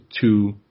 two